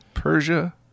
Persia